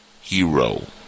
hero